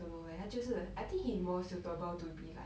I don't know eh 他就是 I think he more suitable to be like